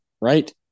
right